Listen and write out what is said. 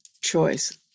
choice